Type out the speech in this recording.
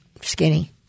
skinny